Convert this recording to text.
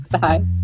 Bye